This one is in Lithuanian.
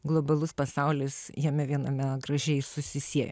globalus pasaulis jame viename gražiai susisieja